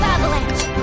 Avalanche